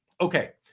Okay